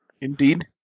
Indeed